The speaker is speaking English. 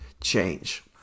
change